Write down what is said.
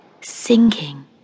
sinking